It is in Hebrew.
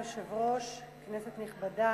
אדוני היושב-ראש, כנסת נכבדה,